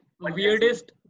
weirdest